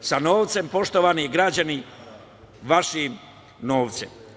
sa novcem, poštovani građani, vašim novcem.